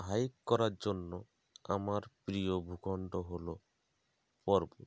hike করার জন্য আমার প্রিয় ভূখণ্ড হলো পর্বত